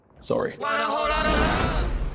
sorry